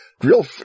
Real